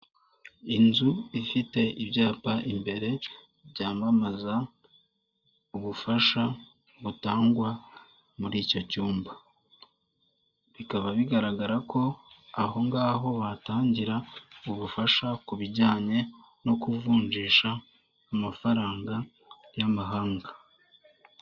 Inzu ifite ibyapa imbere byamamaza ubufasha butangwa muri icyo cyumba bikaba bigaragara ko ahongaho bahatangira ubufasha ku bijyanye no kuvunjisha amafaranga y'amahanga .